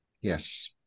Yes